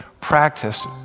practice